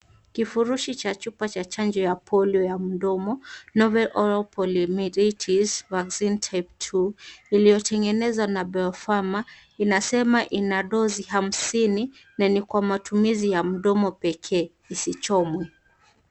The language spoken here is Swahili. Kifurushi cha chupa cha chanjo ya polio ya mdomo, novel oral polyomelitis vaccine type II , iliyotengenezwa na BioPharma, inasema ina dozi hamsini na ni kwa matumizi ya mdomo pekee, isichomwe.